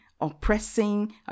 oppressing